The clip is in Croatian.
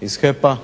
iz HEP-a